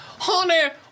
honey